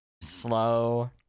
slow